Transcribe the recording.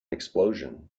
explosion